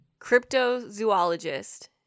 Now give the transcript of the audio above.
cryptozoologist